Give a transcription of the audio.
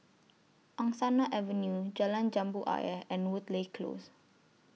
Angsana Avenue Jalan Jambu Ayer and Woodleigh Close